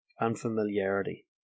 Unfamiliarity